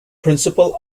principal